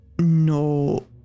no